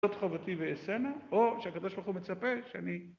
זאת חובתי ואעשנה, או שהקב"ה מצפה שאני